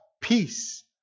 peace